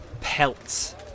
pelts